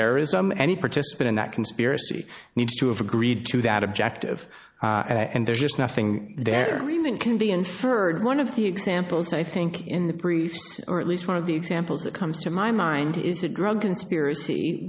terrorism any participant in that conspiracy needs to have agreed to that objective and there's just nothing there even can be inferred one of the examples i think in the briefs or at least one of the examples that comes to my mind is a drug conspiracy